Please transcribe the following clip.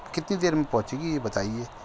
کتنی دیر میں پہنچے گی یہ بتائیے